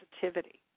sensitivity